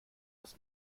das